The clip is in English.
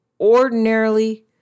Ordinarily